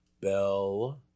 Bell